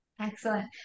excellent